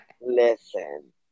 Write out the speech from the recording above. Listen